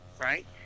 right